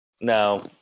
No